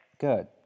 Good